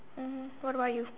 mmhmm what about you